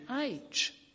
age